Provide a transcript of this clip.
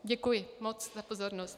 Děkuji moc za pozornost.